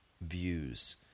views